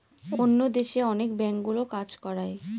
অন্য দেশে অনেক ব্যাঙ্কগুলো কাজ করায়